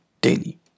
daily